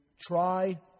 try